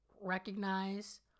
recognize